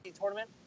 tournament